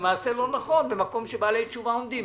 מעשה לא נכון במקום שבעלי תשובה עומדים,